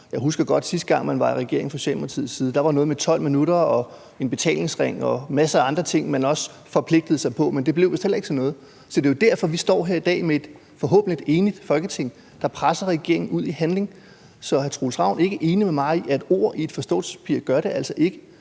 Socialdemokratiet var i regering, hvor der var noget med 12 minutter og en betalingsring og masser af andre ting, man også havde forpligtet sig på, men det blev vist heller ikke til noget. Så det er jo derfor, vi står her i dag med et forhåbentlig enigt Folketing, der presser regeringen ud i handling. Så er hr. Troels Ravn ikke enig med mig i, at ord i et forståelsespapir altså ikke